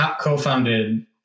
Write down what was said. co-founded